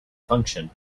function